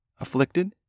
afflicted